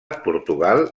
portugal